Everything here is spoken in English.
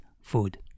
food